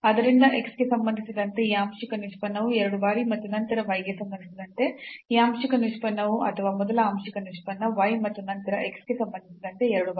ಆದ್ದರಿಂದ x ಗೆ ಸಂಬಂಧಿಸಿದಂತೆ ಈ ಆಂಶಿಕ ನಿಷ್ಪನ್ನವು 2 ಬಾರಿ ಮತ್ತು ನಂತರ y ಗೆ ಸಂಬಂಧಿಸಿದಂತೆ ಈ ಆಂಶಿಕ ನಿಷ್ಪನ್ನವು ಅಥವಾ ಮೊದಲ ಆಂಶಿಕ ನಿಷ್ಪನ್ನ y ಮತ್ತು ನಂತರ x ಗೆ ಸಂಬಂಧಿಸಿದಂತೆ 2 ಬಾರಿ